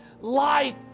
life